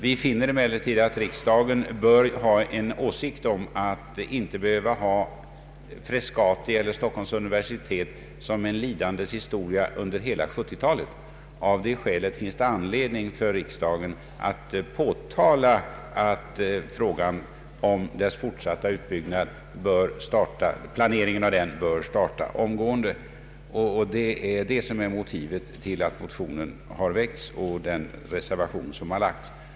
Vi reservanter anser emellertid att riksdagen bör ha en åsikt i frågan huruvida Frescati och Stockholms universitet skall behöva vara en lidandeshistoria under hela 1970-talet. Av det skälet finns det anledning för riksdagen att påtala att planeringen av universitetets fortsatta utbyggnad bör starta omgående. Detta är motivet till den motion som har väckts och till den reservation som har fogats till utlåtandet.